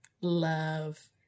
Love